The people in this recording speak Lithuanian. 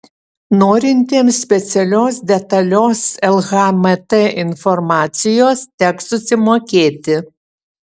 norintiems specialios detalios lhmt informacijos teks susimokėti